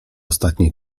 ostatniej